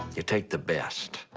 you take the best.